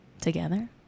together